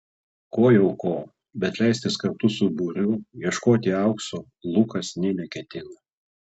ko jau ko bet leistis kartu su būriu ieškoti aukso lukas nė neketino